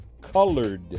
Colored